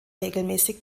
regelmäßig